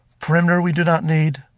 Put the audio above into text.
perimeter we do not need,